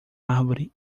árvore